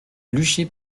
luché